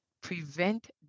prevent